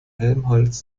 helmholtz